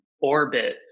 orbit